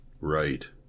Right